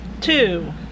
Two